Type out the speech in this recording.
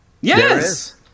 Yes